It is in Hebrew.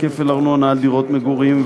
כפל ארנונה על דירות מגורים,